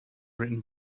written